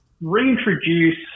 reintroduce